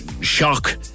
shock